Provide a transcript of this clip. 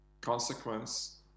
consequence